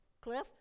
Cliff